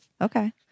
Okay